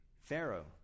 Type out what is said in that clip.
Pharaoh